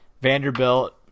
Vanderbilt